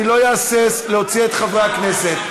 אני לא אהסס להוציא את חברי הכנסת.